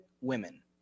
women